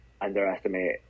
underestimate